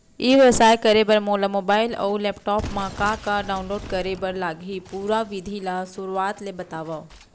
ई व्यवसाय करे बर मोला मोबाइल अऊ लैपटॉप मा का का डाऊनलोड करे बर लागही, पुरा विधि ला शुरुआत ले बतावव?